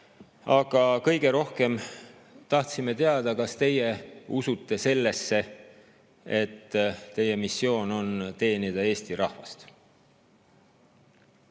aga kõige rohkem tahtsime teada, kas teie usute sellesse, et teie missioon on teenida Eesti rahvast.